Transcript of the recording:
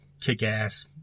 kick-ass